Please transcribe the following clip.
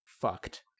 fucked